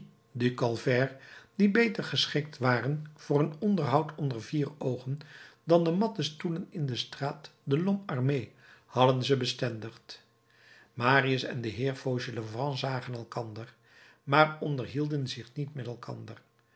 du calvaire die beter geschikt waren voor een onderhoud onder vier oogen dan de matten stoelen in de straat de lhomme armé hadden ze bestendigd marius en de heer fauchelevent zagen elkander maar onderhielden zich niet met elkander